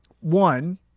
one